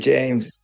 James